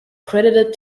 credited